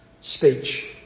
speech